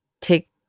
take